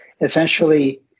essentially